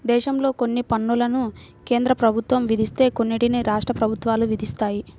దేశంలో కొన్ని పన్నులను కేంద్ర ప్రభుత్వం విధిస్తే కొన్నిటిని రాష్ట్ర ప్రభుత్వాలు విధిస్తాయి